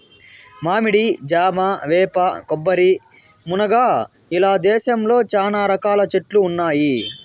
మామిడి, జామ, వేప, కొబ్బరి, మునగ ఇలా దేశంలో చానా రకాల చెట్లు ఉన్నాయి